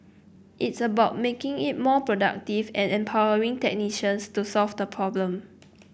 it's about making it more productive and empowering technicians to solve the problem